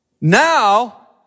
now